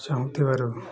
ଚାହୁଁଥିବାରୁ